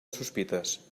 sospites